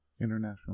international